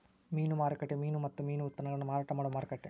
ಮೀನು ಮಾರುಕಟ್ಟೆಯು ಮೀನು ಮತ್ತು ಮೀನು ಉತ್ಪನ್ನಗುಳ್ನ ಮಾರಾಟ ಮಾಡುವ ಮಾರುಕಟ್ಟೆ